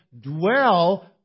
dwell